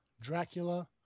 Dracula